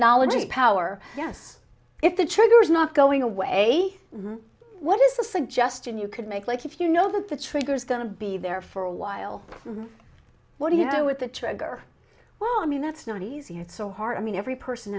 knowledge is power yes if the trigger is not going away what is the suggestion you could make like if you know that the trigger is going to be there for a while what do you know with the trigger well i mean that's not easy it's so hard i mean every person